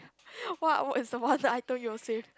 what would the most item you'll save